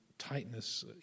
Tightness